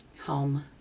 home